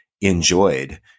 enjoyed